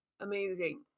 Amazing